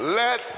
let